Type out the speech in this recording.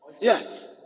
yes